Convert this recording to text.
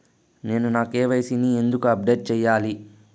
నేను నా కె.వై.సి ని ఎందుకు అప్డేట్ చెయ్యాలి?